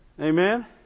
Amen